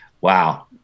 Wow